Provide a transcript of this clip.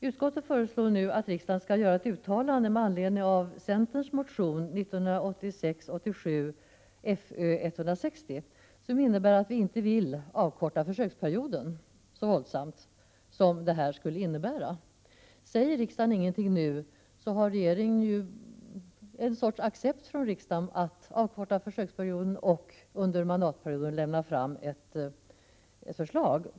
Utskottet föreslår att riksdagen skall göra ett uttalande med anledning av centerns motion 1986/87:Fö160 som innebär att vi inte vill avkorta försöksperioden så våldsamt som detta skulle innebära. Säger riksdagen ingenting nu har ju regeringen en sorts accept från riksdagen att avkorta försöksperioden och under mandatperioden lägga fram ett förslag.